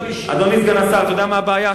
אדוני סגן השר, אתה יודע מה הבעיה?